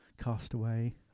Castaway